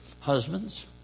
Husbands